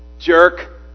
Jerk